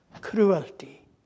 cruelty